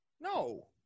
No